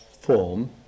form